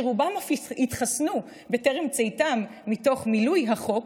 שרובם אף התחסנו בטרם צאתם מתוך מילוי החוק,